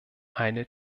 eine